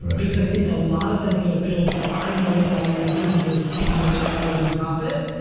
because i think a lot of them are gonna build five million dollar a year businesses kicking a million dollars in profit.